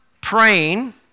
praying